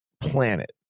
planet